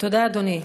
תודה, אדוני.